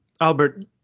Albert